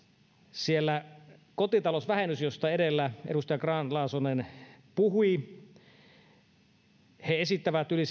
siellä on kotitalousvähennys josta edellä edustaja grahn laasonen puhui he esittävät yli